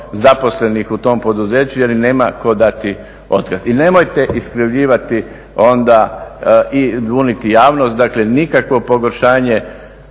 zaposlenih u tom poduzeću jer im nema tko dati otkaz. I nemojte iskrivljivati i buniti javnost, dakle nikakvo pogoršanje